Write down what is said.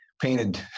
painted